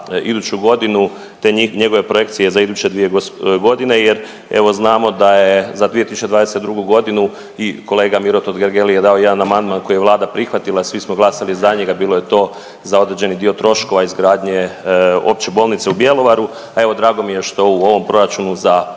iduću godinu te njegove projekcije za iduće dvije godine, jer evo znamo da je za 2022. godinu i kolega Miro Tortetgeli je dao jedan amandman koji je Vlada prihvatila, svi smo glasali za njega. Bilo je to za određeni dio troškova izgradnje Opće bolnice u Bjelovaru. A evo drago mi je da u ovom proračunu za iduću